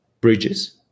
bridges